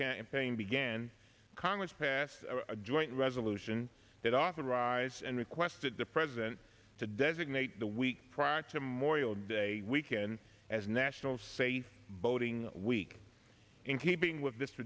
campaign began congress passed a joint resolution that authorized and requested the president to designate the week prior to morial day weekend as national safe boating week in keeping with this